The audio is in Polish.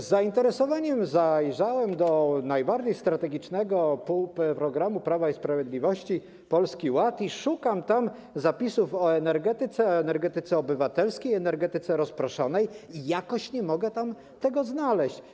Z zainteresowaniem zajrzałem do najbardziej strategicznego programu Prawa i Sprawiedliwości Polski Ład, szukam tam zapisów o energetyce, o energetyce obywatelskiej, energetyce rozproszonej i jakoś nie mogę tam tego znaleźć.